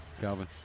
Calvin